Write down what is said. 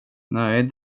nej